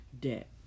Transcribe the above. debt